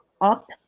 up